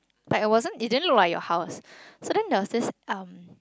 but it wasn't it didn't look like your house so then there was this um